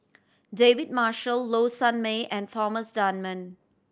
David Marshall Low Sanmay and Thomas Dunman